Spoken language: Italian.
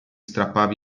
strappava